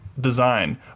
design